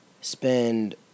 spend